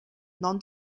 non